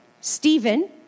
Stephen